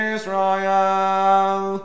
Israel